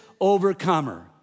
Overcomer